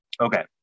okay